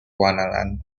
wonderland